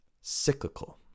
cyclical